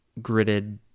gridded